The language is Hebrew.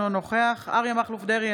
אינו נוכח אריה מכלוף דרעי,